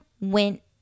went